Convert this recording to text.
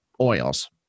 oils